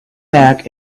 back